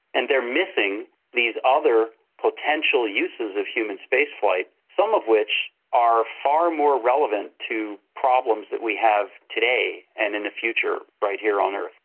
and they're missing these other potential uses of human spaceflight, some of which are far more relevant to problems that we have today and in the future right here on earth.